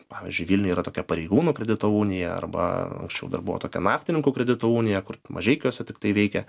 pavyzdžiui vilniuje yra tokia pareigūnų kredito unija arba anksčiau dar buvo tokia naftininkų kredito unija kur mažeikiuose tiktai veikė